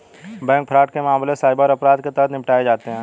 bank fraud के मामले cyber अपराध के तहत निपटाए जाते हैं